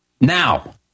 Now